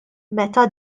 meta